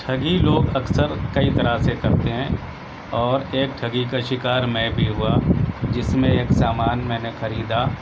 ٹھگی لوگ اکثر کئی طرح سے کرتے ہیں اور ایک ٹھگی کا شکار میں بھی ہوا جس میں ایک سامان میں نے خریدا